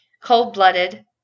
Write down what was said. cold-blooded